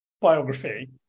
biography